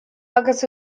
agus